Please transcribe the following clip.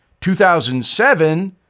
2007